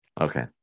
Okay